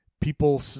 people